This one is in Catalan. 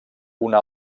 una